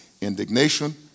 indignation